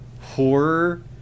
horror